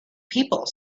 people